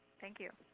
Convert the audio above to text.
thank you.